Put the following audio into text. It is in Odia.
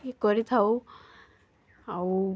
ଇଏ କରିଥାଉ ଆଉ